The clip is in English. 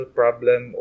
problem